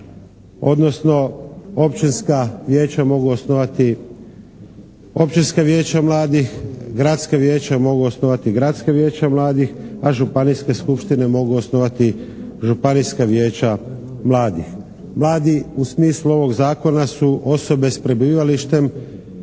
odnosno općinska vijeća mogu osnovati općinska vijeća mladih, gradska vijeća mogu osnovati gradska vijeća mladih, a županijske skupštine mogu osnovati županijska vijeća mladih. Mladi u smislu ovog Zakona su osobe s prebivalištem